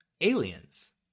aliens